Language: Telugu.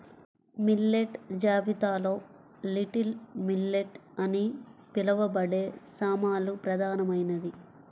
మిల్లెట్ జాబితాలో లిటిల్ మిల్లెట్ అని పిలవబడే సామలు ప్రధానమైనది